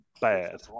bad